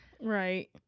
Right